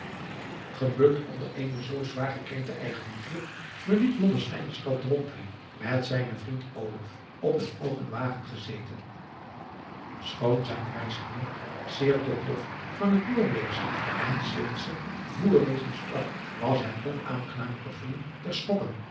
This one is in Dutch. gebukt onder eene zoo zwaar gekrenkte eigenliefde verliet blommesteyn de stad drontheim met zijnen vriend olof op een open wagen gezeten schoon zijn reisgenoot zeer tot lof van het noorweegsche en zweedsche voerwezen sprak was het onaangenaam gevoel der schokken